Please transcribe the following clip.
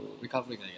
Recovering